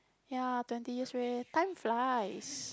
ya twenty meh time flies